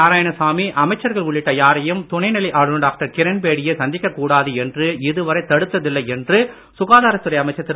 நாராயணசாமி அமைச்சர்கள் உள்ளிட்ட யாரையும் துணைநிலை ஆளுநர் டாக்டர் கிரண்பேடியை சந்திக்க கூடாது என்று இதுவரை தடுத்த்தில்லை என்று சுகாதாரத்துறை அமைச்சர் திரு